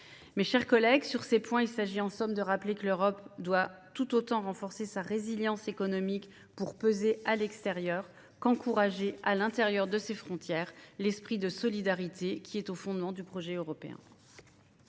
Mes chers collègues, sur tous ces points, il s'agit en somme de rappeler que l'Europe doit tout autant renforcer sa résilience économique, pour peser à l'extérieur, qu'encourager à l'intérieur de ses frontières l'esprit de solidarité qui est au fondement du projet européen.